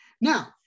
Now